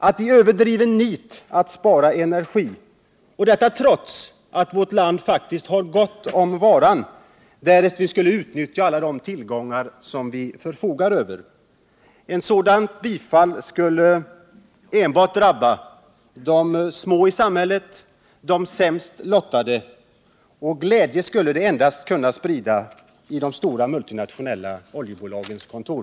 Att i överdrivet nit spara energi och — detta trots att vårt land faktiskt har gott om den varan, därest vi skulle utnyttja alla de tillgångar som vi förfogar över — förbjuda eluppvärmning skulle enbart drabba de små i samhället, de sämst lottade. Och glädje skulle det endast kunna sprida på de stora multinationella oljebolagens kontor.